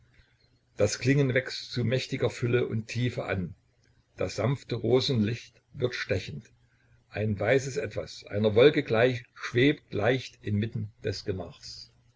das klingen wächst zu mächtiger fülle und tiefe an das sanfte rosenlicht wird stechend ein weißes etwas einer wolke gleich schwebt leicht inmitten des gemachs